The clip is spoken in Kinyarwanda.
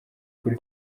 kuri